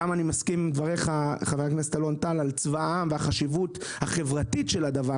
אני גם מסכים עם דבריך ח"כ אלון טל על צבא העם והחשיבות החברתית של הדבר